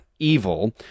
evil